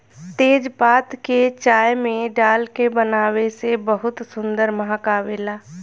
तेजपात के चाय में डाल के बनावे से बहुते सुंदर महक आवेला